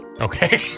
Okay